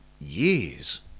years